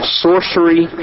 sorcery